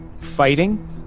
Fighting